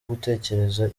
gutekereza